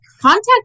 Contact